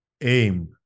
aim